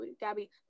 Gabby